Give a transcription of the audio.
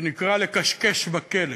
שנקרא "לכשכש בכלב".